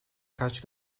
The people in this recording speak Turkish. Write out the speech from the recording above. kaç